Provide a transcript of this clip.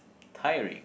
tiring